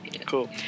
Cool